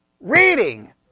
reading